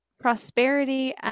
prosperity